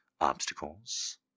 Obstacles